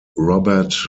robert